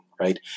Right